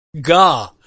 Gah